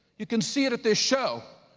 you can see it at this show.